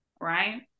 right